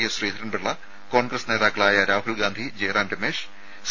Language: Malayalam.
എസ് ശ്രീധരൻ പിള്ള കോൺഗ്രസ് നേതാക്കളായ രാഹുൽ ഗാന്ധി ജയറാം രമേഷ് സി